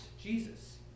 Jesus